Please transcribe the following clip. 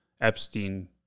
epstein